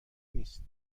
نیست